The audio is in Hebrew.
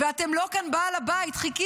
ואתם לא בעל הבית כאן.